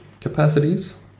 capacities